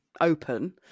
open